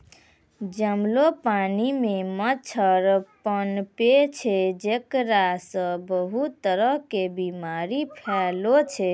जमलो पानी मॅ मच्छर पनपै छै जेकरा सॅ बहुत तरह के बीमारी फैलै छै